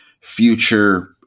future